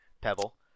Pebble